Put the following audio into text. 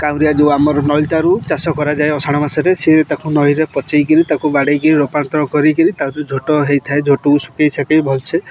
କାଉରିଆ ଯେଉଁ ଆମର ନଳିତାରୁ ଚାଷ କରାଯାଏ ଅଷାଢ଼ ମାସରେ ସିଏ ତାକୁ ନଈରେ ପଚେଇକିରି ତାକୁ ବାଡ଼େଇକି ରୋପାନ୍ତରଣ କରିକିରି ତାକୁ ଯେଉଁ ଝୋଟ ହେଇଥାଏ ଝୋଟକୁ ଶୁକେଇ ଶାକେଇ ଭଲସେ